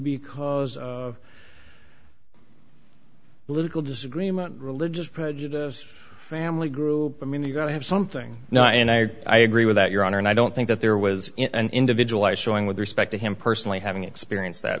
because of political disagreement religious prejudice family group i mean you've got to have something now and i agree with that your honor and i don't think that there was an individualized showing with respect to him personally having experienced that